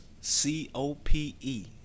c-o-p-e